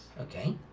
okay